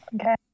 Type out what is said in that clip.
Okay